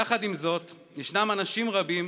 יחד עם זאת, ישנם אנשים רבים